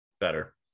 Better